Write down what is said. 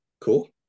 cool